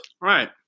right